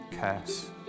curse